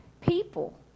people